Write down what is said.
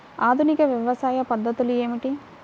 ఆధునిక వ్యవసాయ పద్ధతులు ఏమిటి?